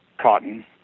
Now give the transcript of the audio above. cotton